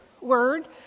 word